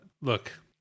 look